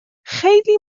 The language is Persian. خیلی